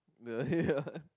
the yeah